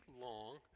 long